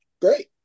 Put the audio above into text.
Great